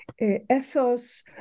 ethos